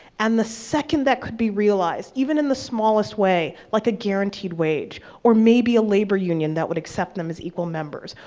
and the second that could be realized, even in the smallest way, like a guaranteed wage, or maybe a labor union that would accept them as equal members,